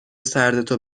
سردتو